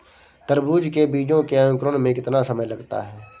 तरबूज के बीजों के अंकुरण में कितना समय लगता है?